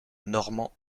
normand